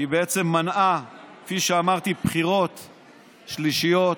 בעצם מנעה, כפי שאמרתי, בחירות שלישיות,